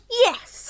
Yes